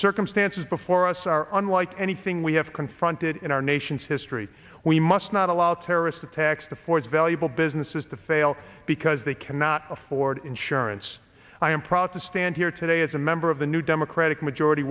circumstances before us are unlike anything we have confronted in our nation's history we must not allow terrorist attacks to force valuable businesses to fail because they cannot afford insurance i am proud to stand here today as a member of the new democratic majority